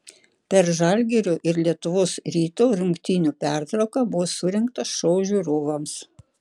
per žalgirio ir lietuvos ryto rungtynių pertrauką buvo surengtas šou žiūrovams